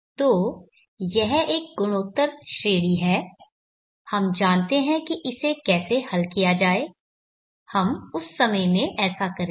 तो यह एक गुणोत्तर श्रेढ़ी है हम जानते हैं कि इसे कैसे हल किया जाए हम उस समय में ऐसा करेंगे